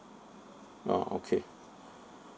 ah okay